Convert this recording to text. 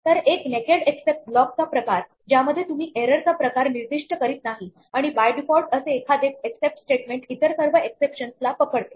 तर एक naked except ब्लॉकचा प्रकार ज्यामध्ये तुम्ही एरर चा प्रकार निर्दिष्ट करीत नाही आणि बाय डिफॉल्ट असे एखादे एक्सेप्ट स्टेटमेंट इतर सर्व एक्सेप्शन्स ला पकडते